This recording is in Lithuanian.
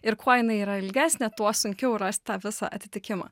ir kuo jinai yra ilgesnė tuo sunkiau rast tą visą atitikimą